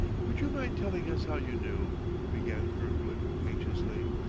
would you mind telling us how you knew began kirkwood anxiously.